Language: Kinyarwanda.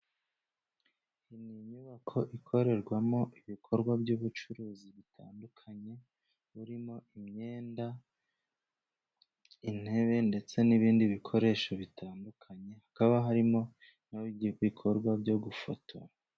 Iyi ni inyubako ikorerwamo ibikorwa by'ubucuruzi bitandukanye burimo imyenda, intebe, ndetse n'ibindi bikoresho bitandukanye, hakaba harimo n'ibikorwa byo gufotora.